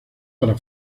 para